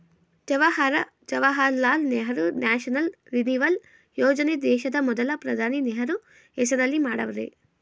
Jawahar Jawaharlal Nehru national renewal ಯೋಜನೆ ದೇಶದ ಮೊದಲ ಪ್ರಧಾನಿ ನೆಹರು ಹೆಸರಲ್ಲಿ ಮಾಡವ್ರೆ